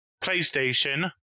PlayStation